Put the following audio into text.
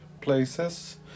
places